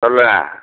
சொல்லுங்கள்